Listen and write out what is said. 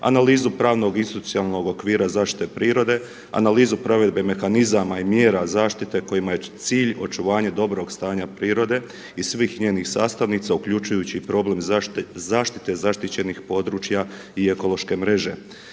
analizu pravnog i socijalnog okvira zaštite prirode, analizu provedbe mehanizama i mjera zaštite kojima je cilj očuvanja dobrog stanja prirode i svih njenih sastavnica uključujući i problem zaštite zaštićenih područja i ekološke mreže.